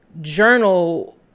journal